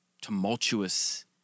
tumultuous